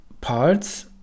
parts